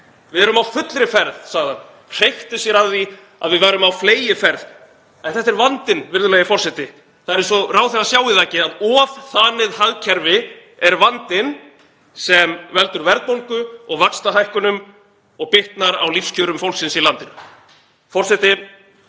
Við erum á fullri ferð, sagði hann, hreykti sér af því að við værum á fleygiferð. En þetta er vandinn, virðulegi forseti. Það er eins og ráðherrann sjái það ekki að ofþanið hagkerfi er vandinn sem veldur verðbólgu og vaxtahækkunum og bitnar á lífskjörum fólksins í landinu. Við